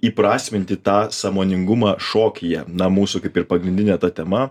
įprasminti tą sąmoningumą šokyje na mūsų kaip ir pagrindinė ta tema